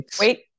wait